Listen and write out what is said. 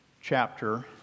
chapter